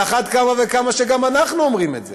על אחת כמה וכמה שגם אנחנו אומרים את זה.